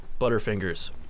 Butterfingers